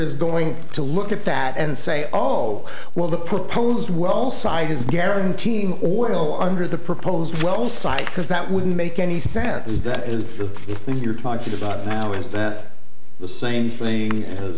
is going to look at that and say oh well the put posed well side is guaranteeing oil under the proposed well site because that wouldn't make any sense that is if you're talking about now is that the same thing